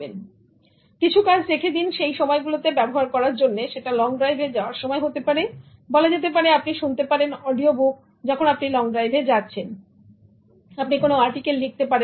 সুতরাং কিছু কাজ রেখে দিন এই সময়গুলোতে ব্যবহার করার জন্য সেটা লংড্রাইভ এ যাওয়ার সময় হতে পারে বলা যেতে পারে আপনি শুনতে পারেন অডিও বুক যখন আপনি লংড্রাইভে যাচ্ছেন আপনি কোন আর্টিকেল লিখতে পারেন